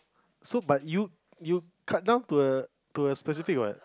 so but you you cut down to a to a specific